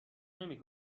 نمی